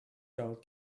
code